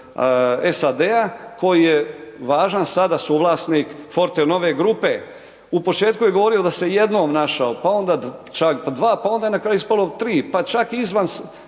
SAD-a koji je važan sada suvlasnik Fortenove grupe. U početku je govorio da se jednom našao, pa onda ček dva, pa onda je na kraju ispalo 3, pa čak i izvan